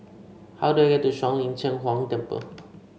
how do I get to Shuang Lin Cheng Huang Temple